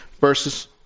verses